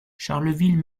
charleville